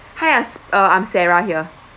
hi I s~ uh I'm sarah here